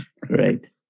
great